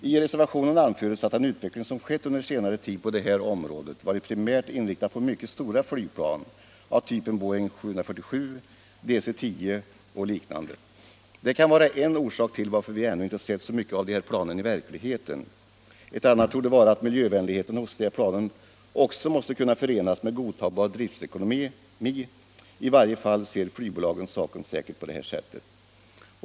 I reservationen anförs att den utveckling som skett under senare tid på det här området varit primärt inriktad på mycket stora flygplan av typen Boeing 747, DC-10 och liknande. Det kan vara en orsak till att vi ännu inte sett så mycket av de här planen i verkligheten. En annan torde vara att miljövänligheten hos dessa också måste kunna förenas med godtagbar driftsekonomi. I varje fall ser flygbolagen säkert saken på det sättet.